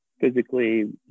physically